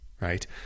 right